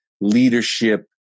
leadership